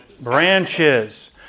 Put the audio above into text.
branches